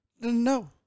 no